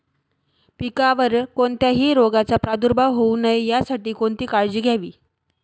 पिकावर कोणत्याही रोगाचा प्रादुर्भाव होऊ नये यासाठी कोणती काळजी घ्यावी?